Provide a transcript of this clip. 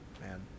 man